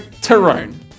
Tyrone